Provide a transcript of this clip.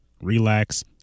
relax